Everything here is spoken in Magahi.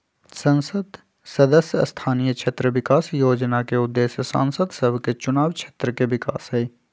संसद सदस्य स्थानीय क्षेत्र विकास जोजना के उद्देश्य सांसद सभके चुनाव क्षेत्र के विकास हइ